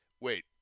wait